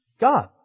God